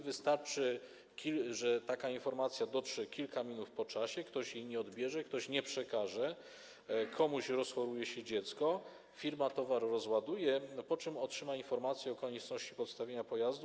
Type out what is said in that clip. Wystarczy, że taka informacja dotrze kilka minut po czasie, ktoś jej nie odbierze, ktoś nie przekaże, komuś rozchoruje się dziecko, firma rozładuje towar, po czym otrzyma informację o konieczności podstawienia pojazdu.